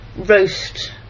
roast